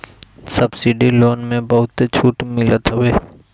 subsidy loan में बहुते छुट मिलत हवे